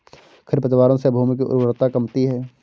खरपतवारों से भूमि की उर्वरता कमती है